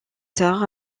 tard